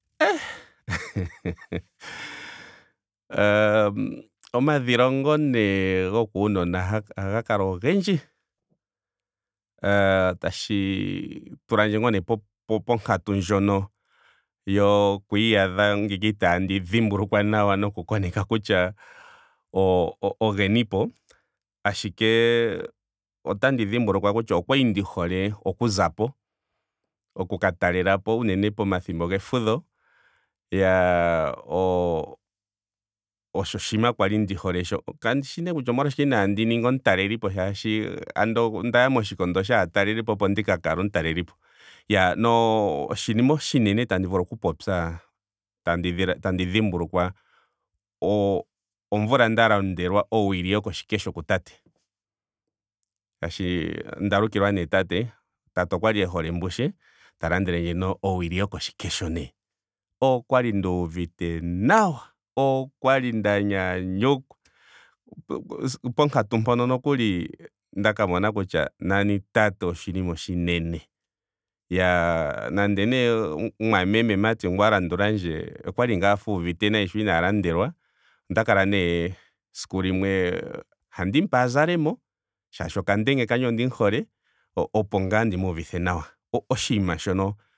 Ee aahh omadhingolongo nee gokuunona ohaga kala ogendji. aah tashi pulandje ngaa nee po- ponkatu ndjono yoku iyadha ngiika itaandi dhimbulukwa nawa noku koneka kutya o- ogenipo. Ashike otandi dhimbulukwwa kutya okwali ndi hole oku zapo. Oku ka talelapo unene pomathimmbo gefudho. Iyaa oooh osho oshinina kwali ndi hole sho. kandi shi nee kutya omolwashike inaandi ninga omutalelipo molwaashoka andola ondaya moshikondo shaatalelipo opo ndi ka kale omutalelipo. Yaa noshinima oshinene tandi vulu oku popya tandi ndhila tandi dhimbulukwa o- omvula nda landelwa owili yokoshikesho ku tate. Molwaashoka onda lukilwa nee tate. Tate okwali e hole mbushe. Ta landelendje nee owili yokoshikesho nee. Okwali nduuvite nawa. okwali nda nyanyukwa. ponkatu mpono nokuli ndaka mona kutya nani tate oshinima oshinene. Iyaa nande nee mumwameme mati ngu a landulandje okwali ngaa afa uuvite nayi sho inaa landelwa. onda kala nee siku limwe tandimu pe a zalemo. molwaashoka okandenge kandje ondimu hole. opo ngaa ndimu uvithe nawa. Oshinima shono